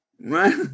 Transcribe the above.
right